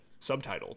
subtitled